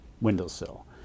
windowsill